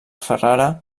ferrara